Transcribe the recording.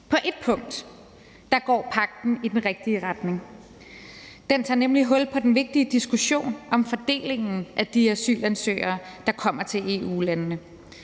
give EU – går pagten i den rigtige retning. Den tager nemlig hul på den vigtige diskussion om fordelingen af de asylansøgere, der kommer til EU-landene.